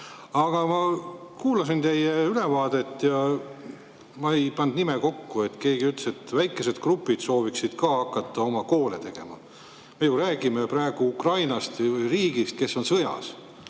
ma kuulasin teie ülevaadet ja ma ei pannud nime kokku. Keegi ütles, et väikesed grupid sooviksid ka hakata oma koole tegema. Me ju räägime praegu Ukrainast, riigist, mis on sõjas.